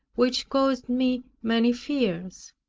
which caused me many fears.